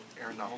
Aaron